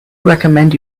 recommend